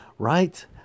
Right